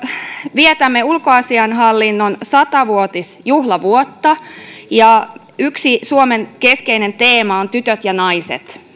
vietämme ulkoasiainhallinnon sata vuotisjuhlavuotta ja yksi suomen keskeinen teema myös ulkopolitiikassa on tytöt ja naiset